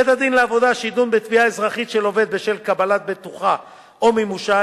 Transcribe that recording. בית-הדין לעבודה שידון בתביעה אזרחית של עובד בשל קבלת בטוחה או מימושה,